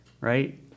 right